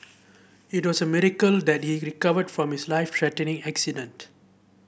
it was a miracle that he recovered from his life threatening accident